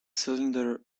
cylinder